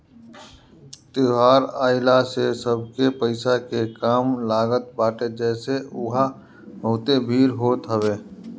त्यौहार आइला से सबके पईसा के काम लागत बाटे जेसे उहा बहुते भीड़ होत हवे